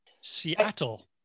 Seattle